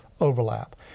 overlap